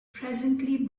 presently